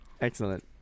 Excellent